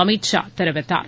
அமித் ஷா தெரிவித்தார்